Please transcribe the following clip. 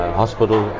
hospital